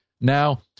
Now